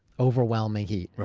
overwhelming heat.